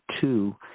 two